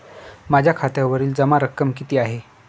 माझ्या खात्यावरील जमा रक्कम किती आहे?